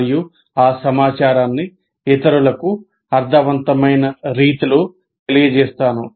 మరియు ఆ సమాచారాన్ని ఇతరులకు అర్థవంతమైన రీతిలో తెలియజేస్తాను